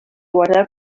guardar